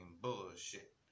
bullshit